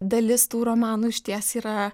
dalis tų romanų išties yra